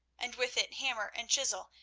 and with it hammer and chisel,